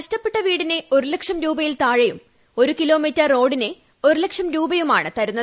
നഷ്ടപ്പെട്ട വീടിന് ഒരു ലക്ഷത്തിൽ താഴെയും ഒരു കിലോമീറ്റർ റോഡിന് ഒരുലക്ഷം രൂപയും ആണ് തരുന്നത്